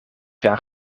jaar